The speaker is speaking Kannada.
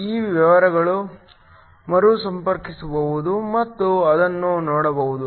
ಈ ವಾಹಕಗಳು ಮರುಸಂಪರ್ಕಿಸಬಹುದು ಮತ್ತು ಅದನ್ನು ನೋಡಬಹುದು